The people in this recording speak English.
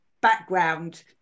background